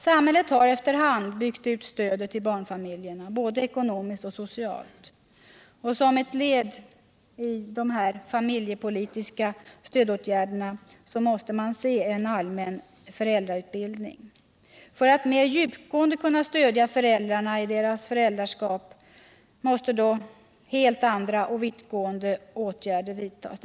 Samhället har efter hand byggt ut stödet till barnfamiljerna, både ekonomiskt och socialt, och som ett led i dessa familjepolitiska stödåtgärder måste också ses en allmän föräldrautbildning. För att mer djupgående kunna stödja föräldrarna i deras föräldraskap måste dock helt andra vittgående åtgärder vidtas.